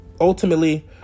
ultimately